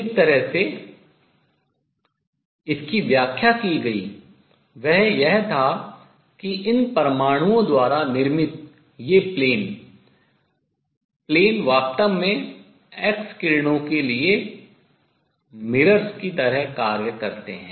जिस तरह से इसकी व्याख्या की गई वह यह था कि इन परमाणुओं द्वारा निर्मित ये तल तल वास्तव में एक्स किरणों के लिए दर्पणों की तरह कार्य करते हैं